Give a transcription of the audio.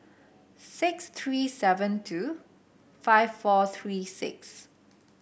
six three seven two five four three six